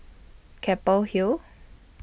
Keppel Hill